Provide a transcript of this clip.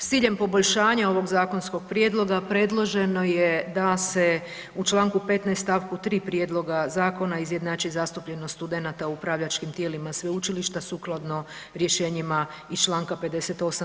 S ciljem poboljšanja ovog zakonskog prijedloga predloženo je da se u čl. 15. st. 3. prijedloga zakona izjednači zastupljenost studenata u upravljačkim tijelima sveučilišta sukladno rješenjima iz čl. 58.